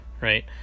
right